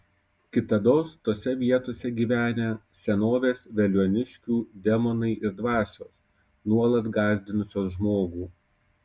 kitados tose vietose gyvenę senovės veliuoniškių demonai ir dvasios nuolat gąsdinusios žmogų